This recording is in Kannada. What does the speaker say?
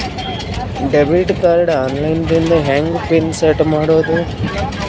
ಡೆಬಿಟ್ ಕಾರ್ಡ್ ಆನ್ ಲೈನ್ ದಿಂದ ಹೆಂಗ್ ಪಿನ್ ಸೆಟ್ ಮಾಡೋದು?